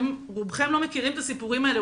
רובכם לא מכירים את הסיפורים האלה,